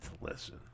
listen